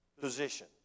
position